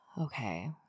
Okay